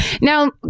Now